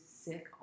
sick